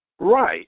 Right